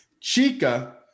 chica